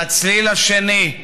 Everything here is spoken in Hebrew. והצליל השני,